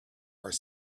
are